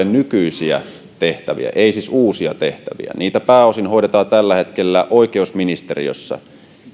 nykyisiä tehtäviä eivät siis uusia tehtäviä niitä pääosin hoidetaan tällä hetkellä oikeusministeriössä